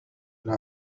إلى